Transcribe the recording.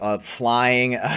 flying